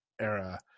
era